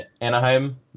Anaheim